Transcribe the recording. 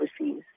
overseas